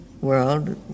World